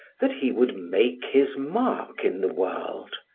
that he would make his mark in the world,